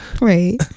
Right